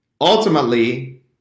ultimately